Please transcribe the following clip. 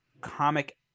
comic